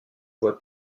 voie